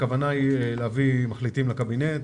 הכוונה היא להביא מחליטים לקבינט